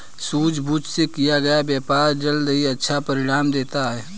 सूझबूझ से किया गया व्यापार जल्द ही अच्छा परिणाम देता है